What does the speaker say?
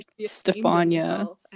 Stefania